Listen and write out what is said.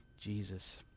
Jesus